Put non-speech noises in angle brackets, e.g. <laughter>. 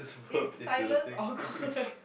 it's silence awkward <laughs>